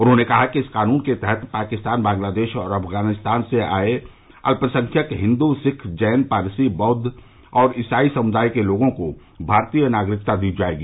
उन्होंने कहा कि इस कानून के तहत पाकिस्तान बांग्लादेश और अफगानिस्तान से आये अल्पसंख्यक हिन्दू सिख जैन पारसी बौद्व और ईसाई समुदाय के लोगों को भारतीय नागरिकता दी जाएगी